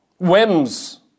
whims